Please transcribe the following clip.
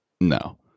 No